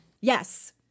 Yes